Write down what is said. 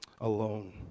alone